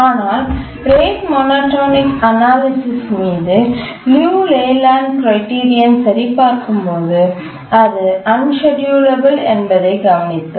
ஆனால் rate monotonic analysis மீது Liu Layland கிரைடிரியனை சரிபார்க்கும்போது அது அன்ஷெட்யூலெபல் என்பதைக் கவனித்தோம்